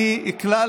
אני אקלע